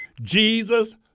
Jesus